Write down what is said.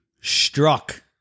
Struck